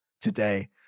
today